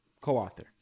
co-author